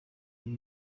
ibi